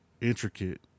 intricate